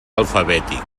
alfabètic